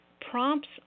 prompts